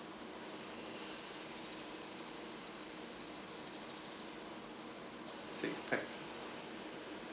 six pax